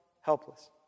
helpless